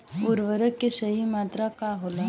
उर्वरक के सही मात्रा का होखे?